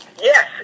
Yes